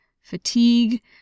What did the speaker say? fatigue